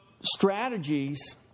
strategies